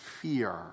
fear